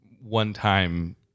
one-time